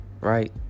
Right